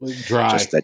Dry